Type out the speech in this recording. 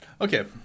Okay